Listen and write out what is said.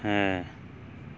ਹੈ